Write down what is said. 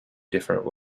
different